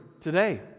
today